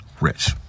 rich